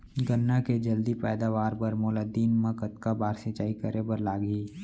गन्ना के जलदी पैदावार बर, मोला दिन मा कतका बार सिंचाई करे बर लागही?